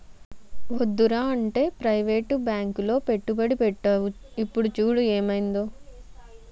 వద్దురా అంటే ప్రవేటు బాంకులో పెట్టుబడి పెట్టేవు ఇప్పుడు చూడు ఏమయిందో